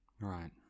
Right